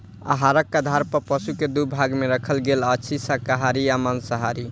आहारक आधार पर पशु के दू भाग मे राखल गेल अछि, शाकाहारी आ मांसाहारी